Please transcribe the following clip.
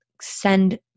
send